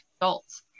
adults